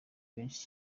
benshi